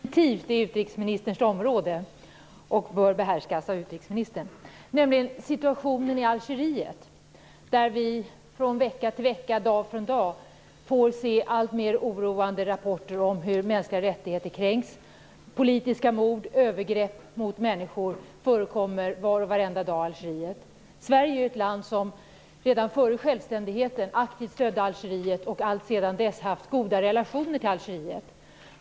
Fru talman! Jag har en fråga till utrikesministern som definitivt rör utrikesministerns område och som bör behärskas av henne. Det rör situationen i Algeriet. Från vecka till vecka och från dag till dag får vi se alltmer oroande rapporter om hur mänskliga rättigheter kränks. Politiska mord och övergrepp mot människor förekommer var och varannan dag i Algeriet. Sverige är ett land som redan före självständigheten aktivt stödde Algeriet och som alltsedan dess har haft goda relationerna med Algeriet.